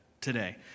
today